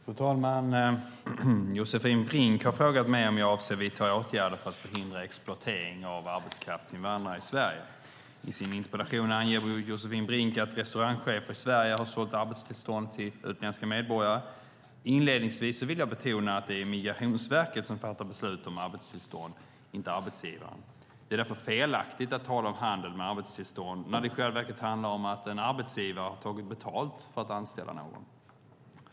Fru talman! Josefin Brink har frågat mig om jag avser att vidta åtgärder för att förhindra exploatering av arbetskraftsinvandrare i Sverige. I sin interpellation anger Josefin Brink att restaurangchefer i Sverige har sålt arbetstillstånd till utländska medborgare. Inledningsvis vill jag betona att det är Migrationsverket som fattar beslut om arbetstillstånd, inte arbetsgivaren. Det är därför felaktigt att tala om handel med arbetstillstånd när det i själva verket handlar om att en arbetsgivare har tagit betalt för att anställa någon.